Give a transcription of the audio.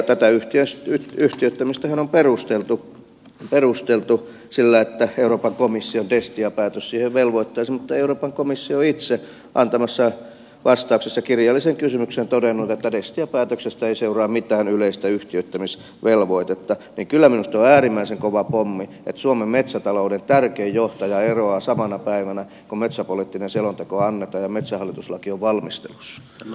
tätä yhtiöittämistähän on perusteltu sillä että euroopan komission destia päätös siihen velvoittaisi mutta kun euroopan komissio on itse antamassaan vastauksessa kirjalliseen kysymykseen todennut että destia päätöksestä ei seuraa mitään yleistä yhtiöittämisvelvoitetta niin kyllä minusta on äärimmäisen kova pommi että suomen metsätalouden tärkein johtaja eroaa samana päivänä kun metsäpoliittinen selonteko annetaan ja metsähallitus laki on valmistelussa